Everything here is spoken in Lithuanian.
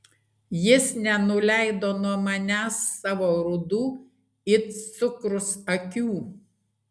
jis nenuleido nuo manęs savo rudų it cukrus akių